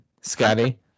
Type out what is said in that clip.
Scotty